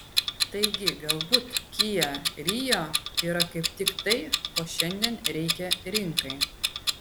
taigi galbūt kia rio yra kaip tik tai ko šiandien reikia rinkai